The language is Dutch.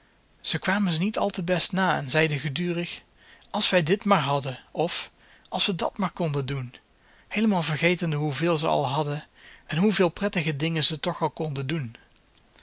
maar ze kwamen ze niet al te best na en zeiden gedurig als wij dit maar hadden of als we dat maar konden doen heelemaal vergetende hoeveel ze al hadden en hoeveel prettige dingen ze toch al konden doen